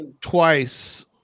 twice